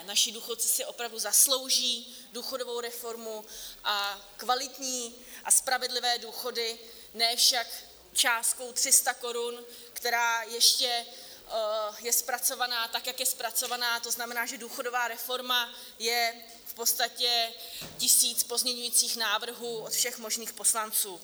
Naši důchodci si opravdu zaslouží důchodovou reformu a kvalitní a spravedlivé důchody, ne však částkou 300 korun, která ještě je zpracována tak, jak je zpracována, to znamená, že důchodová reforma je v podstatě tisíc pozměňovacích návrhů od všech možných poslanců.